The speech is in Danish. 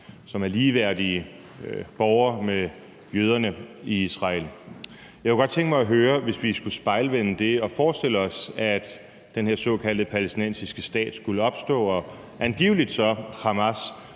som er ligeværdige borgere med jøderne i Israel. Jeg kunne godt tænke mig at høre noget. Hvis vi skulle spejlvende det og forestillede os, at den her såkaldte palæstinensiske stat skulle opstå og Hamas